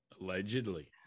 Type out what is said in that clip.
Allegedly